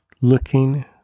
looking